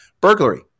Burglary